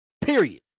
period